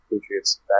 Patriots